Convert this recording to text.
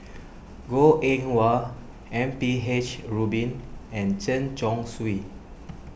Goh Eng Wah M P H Rubin and Chen Chong Swee